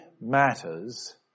matters